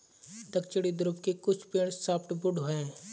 दक्षिणी ध्रुव के कुछ पेड़ सॉफ्टवुड हैं